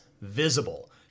visible